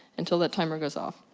until that timer goes off.